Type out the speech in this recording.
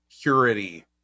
purity